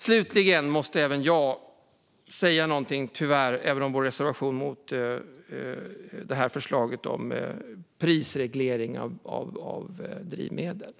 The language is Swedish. Slutligen måste jag tyvärr även säga något om vår reservation mot förslaget om prisreglering av drivmedel.